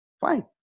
Fine